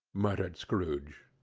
muttered scrooge.